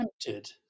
tempted